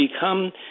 become